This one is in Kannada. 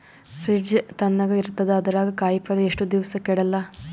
ಫ್ರಿಡ್ಜ್ ತಣಗ ಇರತದ, ಅದರಾಗ ಕಾಯಿಪಲ್ಯ ಎಷ್ಟ ದಿವ್ಸ ಕೆಡಲ್ಲ?